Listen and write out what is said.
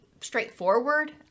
straightforward